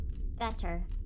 Better